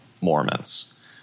Mormons